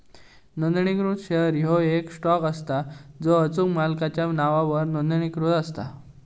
नोंदणीकृत शेअर ह्यो येक स्टॉक असता जो अचूक मालकाच्या नावावर नोंदणीकृत असता